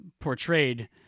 portrayed